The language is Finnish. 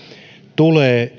tulee